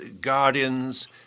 guardians